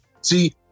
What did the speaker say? See